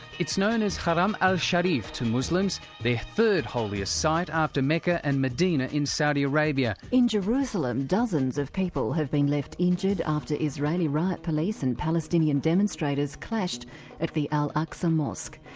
it's known as haram al-sharif to muslims, their third holiest site after mecca and medina in saudi arabia. in jerusalem, dozens of people have been left injured after israeli riot police and palestinian demonstrators clashed at the al-aqsa mosque.